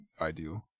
ideal